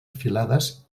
filades